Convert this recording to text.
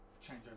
change